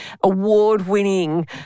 award-winning